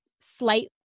slightly